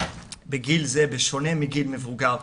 בגיל זה, בשונה מגיל מבוגר,